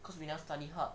cause we never study hard